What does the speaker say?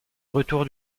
retour